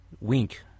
wink